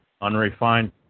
Unrefined